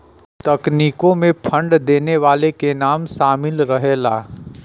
तकनीकों मे फंड देवे वाले के नाम सामिल रहला